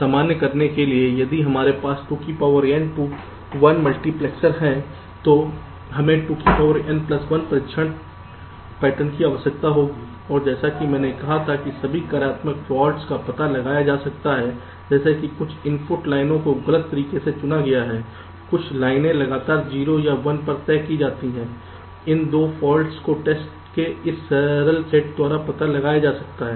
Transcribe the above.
इसलिए सामान्य करने के लिए यदि हमारे पास 2n to 1 मल्टीप्लेक्सर है तो हमें 2n1 परीक्षण पैटर्न की आवश्यकता होगी और जैसा कि मैंने कहा था कि सभी कार्यात्मक फॉल्ट्स का पता लगाया जा सकता है जैसे कि कुछ इनपुट लाइन को गलत तरीके से चुना गया है कुछ लाइनें लगातार 0 या 1 पर तय की जाती हैं इन सभी फॉल्ट्स को टेस्ट्स के इस सरल सेट द्वारा पता लगाया जा सकता है